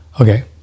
Okay